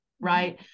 right